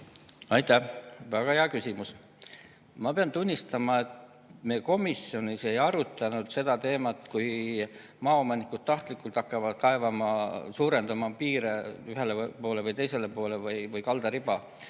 Aitäh! Väga hea küsimus. Ma pean tunnistama, et me komisjonis ei arutanud seda teemat, kui maaomanikud tahtlikult hakkavad kaevama, suurendama piire ühele poole või teisele poole või kaldariba.